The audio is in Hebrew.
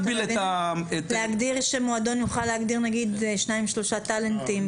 להגדיר שמועדון יוכל להגדיר נגיד שניים-שלושה טאלנטים.